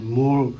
more